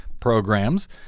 programs